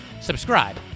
Subscribe